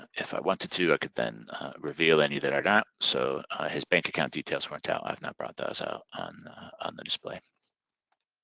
if i wanted to i could then reveal any that aren't out, so his bank account details weren't out, i've now brought those out on on the display